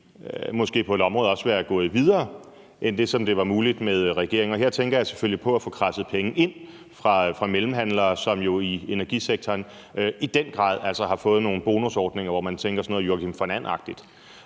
vi på et område måske også være gået videre end det, som det var muligt at gøre med regeringen, og her tænker jeg selvfølgelig på det at få kradset penge ind fra mellemhandlere i energisektoren, som jo altså i den grad har fået nogle bonusordninger, hvor man tænker, at det er sådan noget Joakim von And-agtigt,